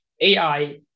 AI